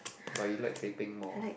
but you like teh peng more